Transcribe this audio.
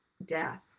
Death